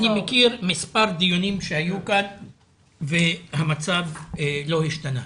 אני מכיר מספר דיונים שהיו כאן והמצב לא השתנה.